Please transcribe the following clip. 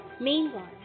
Meanwhile